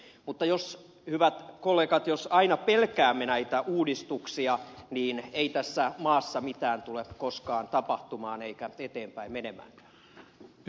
mutta hyvät kollegat jos aina pelkäämme näitä uudistuksia niin ei tässä maassa mitään tule koskaan tapahtumaan eikä eteenpäin menemään